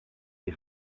des